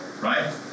right